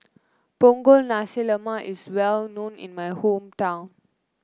Punggol Nasi Lemak is well known in my hometown